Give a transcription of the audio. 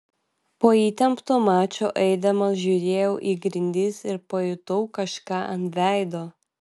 po įtempto mačo eidamas žiūrėjau į grindis ir pajutau kažką ant veido